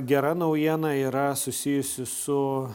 gera naujiena yra susijusi su